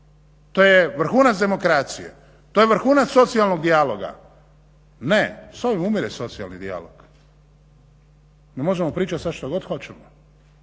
To je vrhunac demokracije, to je vrhunac socijalnog dijaloga. Ne, s ovim umire socijalni dijalog. Mi možemo pričat sad što god hoćemo,